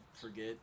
forget